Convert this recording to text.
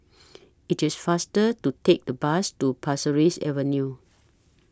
IT IS faster to Take The Bus to Pasir Ris Avenue